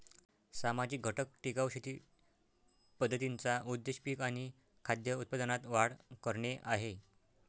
सामाजिक घटक टिकाऊ शेती पद्धतींचा उद्देश पिक आणि खाद्य उत्पादनात वाढ करणे आहे